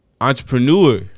Entrepreneur